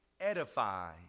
edify